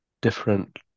different